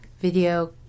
video